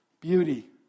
beauty